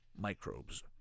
microbes